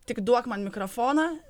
tik duok man mikrofoną